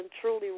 truly